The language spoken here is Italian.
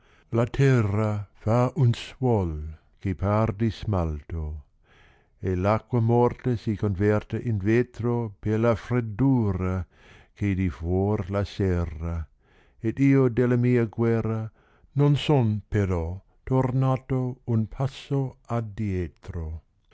la terra fa un suol che par di smalto r acqua morta si converte in vetro per la freddura che dì fuor la serras d io della mia guerra non son però tornato un passo addietro